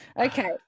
okay